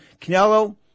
Canelo